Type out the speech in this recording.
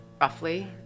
roughly